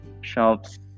shops